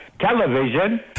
television